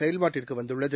செயல்பாட்டிற்கு வந்துள்ளது